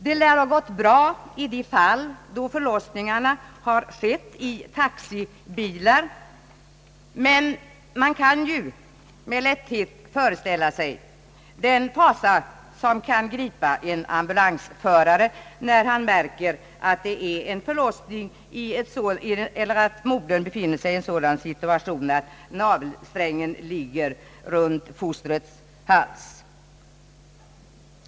Det lär ha gått bra i de fall då förlossningarna skett i taxibilar. Man kan dock med lätthet föreställa sig den fasa som kan gripa en ambulansförare, när han märker att det är en förlossning där navelsträngen ligger runt fostrets hals.